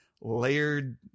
layered